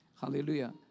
Hallelujah